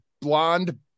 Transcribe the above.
blonde